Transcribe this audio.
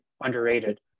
underrated